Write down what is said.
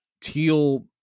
teal